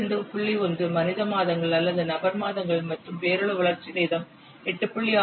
1 மனித மாதங்கள் அல்லது நபர் மாதங்கள் மற்றும் பெயரளவு வளர்ச்சி நேரம் 8